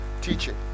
teaching